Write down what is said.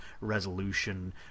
resolution